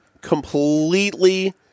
completely